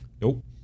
Nope